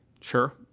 Sure